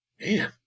Man